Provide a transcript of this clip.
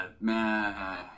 Man